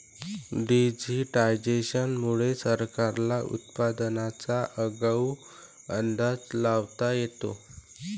digitisation मुळे सरकारला उत्पादनाचा आगाऊ अंदाज लावता येतो